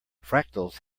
fractals